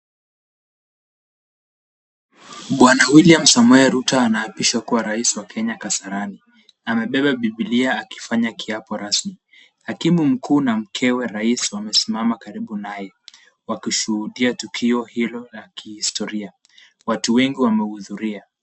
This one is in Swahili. Bwana William Samoe Ruto anaapishwa kuwa rais wa Kenya Kasarani. Amebeba biblia akifanya kiapo rasmi. Hakimu mkuu na mkewe rais wamesimama karibu naye wakishuhudia tukio hilo la kihistoria. Watu wengi wamehudhuria.